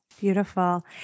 Beautiful